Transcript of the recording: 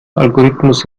algorithmus